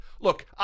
Look